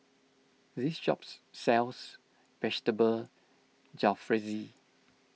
this shop sells Vegetable Jalfrezi